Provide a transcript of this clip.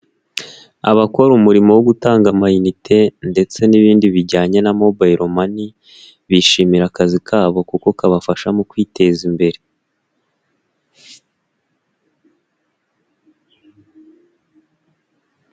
Abakora umurimo wo gutanga amainite ndetse n'ibindi bijyanye na mobile money, bishimira akazi kabo kuko kabafasha mu kwiteza imbere.